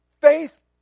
Faith